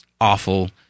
awful